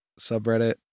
subreddit